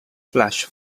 flash